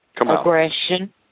aggression